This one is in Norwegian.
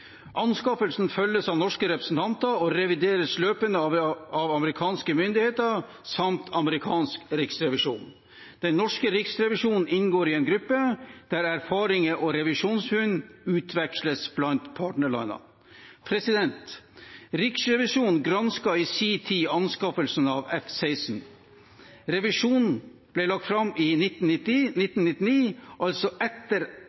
Anskaffelsen følges av norske representanter og revideres løpende av amerikanske myndigheter samt av amerikansk riksrevisjon. Den norske riksrevisjonen inngår i en gruppe der erfaringer og revisjonsfunn utveksles blant partnerlandene. Riksrevisjonen gransket i sin tid anskaffelsen av F-16. Revisjonen ble lagt fram i 1999, altså etter